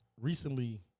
recently